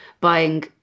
buying